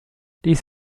dies